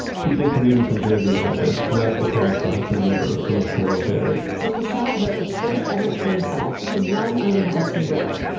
people commuting from jersey had to schlep across the hudson river on a slow ferry so cassatt built the first ever train tunnel to run under the hudson river.